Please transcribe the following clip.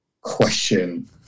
question